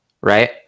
right